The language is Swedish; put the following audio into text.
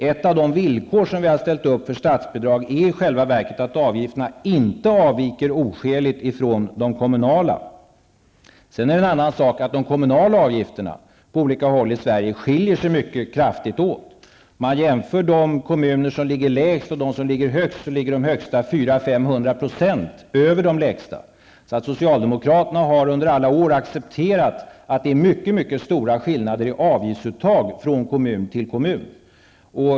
Ett av de villkor som vi ställer upp för statsbidrag är i själva verket att utgifterna inte avviker oskäligt från de kommunala. Sedan är det en annan sak att de kommunala avgifterna på olika håll i Sverige skiljer sig mycket kraftigt. Om man jämför de kommuner som ligger lägst med dem som ligger högst, finner man att de som ligger högst ligger 400--500 % över de lägsta. Socialdemokraterna har under alla år accepterat mycket stora skillnader i avgiftsuttaget från kommun till kommun.